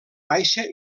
baixa